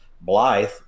Blythe